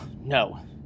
no